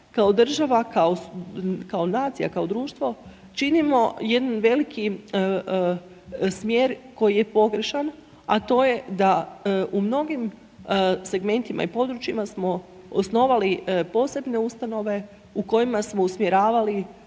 kao država, kao nacija, kao društvo činimo jedan velik smjer koji je pogrešan a to je da u mnogim segmentima i područjima smo osnovali posebne ustanove u kojima smo usmjeravali